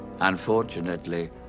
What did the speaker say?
Unfortunately